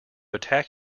attack